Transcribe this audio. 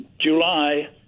July